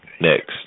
Next